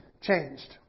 changed